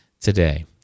today